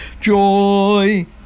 joy